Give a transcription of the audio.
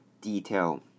detail